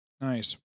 Nice